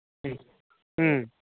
ꯎꯝ ꯎꯝ